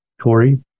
Corey